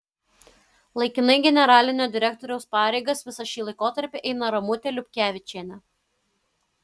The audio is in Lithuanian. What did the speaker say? laikinai generalinio direktoriaus pareigas visą šį laikotarpį eina ramutė liupkevičienė